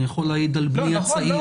אני יכול להעיד על בני הצעיר.